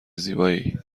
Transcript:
زیبایی